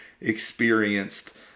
experienced